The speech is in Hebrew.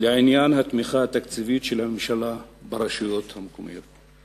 לעניין התמיכה התקציבית של הממשלה ברשויות המקומיות.